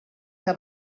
que